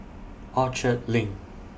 Orchard LINK